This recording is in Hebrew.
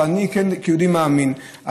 כיהודי מאמין,